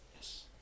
Yes